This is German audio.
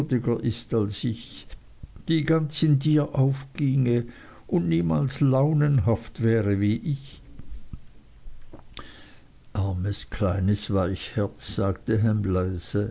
als ich die ganz in dir aufginge und niemals launenhaft wäre wie ich armes kleines weichherz sagte ham